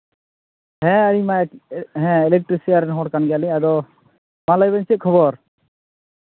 ᱦᱮᱸ ᱤᱧᱢᱟ ᱤᱞᱮᱠᱴᱨᱤᱥᱤᱭᱟᱱ ᱨᱮᱱ ᱦᱚᱲ ᱠᱟᱱ ᱜᱮᱭᱟᱞᱮ ᱟᱫᱚ ᱢᱟ ᱞᱟᱹᱭ ᱵᱤᱱ ᱪᱮᱫ ᱠᱷᱚᱵᱚᱨ